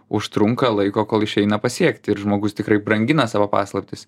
užtrunka laiko kol išeina pasiekti ir žmogus tikrai brangina savo paslaptis